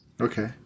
Okay